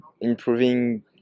improving